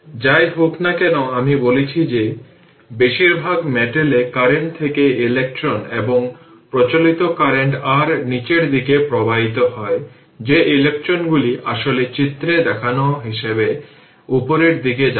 যাই হোক না কেন আমি বলেছি যে বেশিরভাগ মেটাল এ কারেন্ট থেকে ইলেকট্রন এবং প্রচলিত কারেন্ট r নিচের দিকে প্রবাহিত হয় যে ইলেকট্রনগুলি আসলে চিত্রে দেখানো হিসাবে উপরের দিকে যাচ্ছে